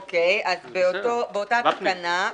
אוקיי, אז באותה תקנה,